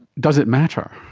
does it matter?